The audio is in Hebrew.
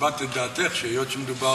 הבעת את דעתך, שהיות שמדובר